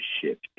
shift